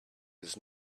his